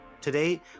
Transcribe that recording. Today